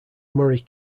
murray